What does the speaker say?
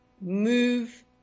move